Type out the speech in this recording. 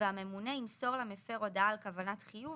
והממונה י מסור למפר הודעה על כוונת חיוב